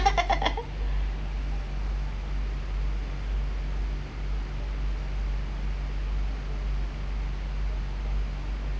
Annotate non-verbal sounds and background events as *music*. *laughs*